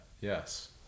Yes